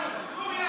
מה, אנחנו סוריה?